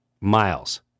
Miles